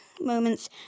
moments